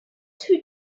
two